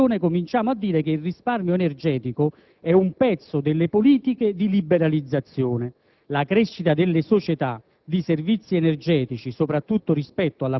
Grazie ad alcuni emendamenti approvati dalla Commissione cominciamo a dire che il risparmio energetico è un pezzo delle politiche di liberalizzazione. La crescita delle società